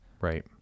right